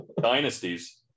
dynasties